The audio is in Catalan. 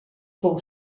fou